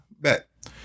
bet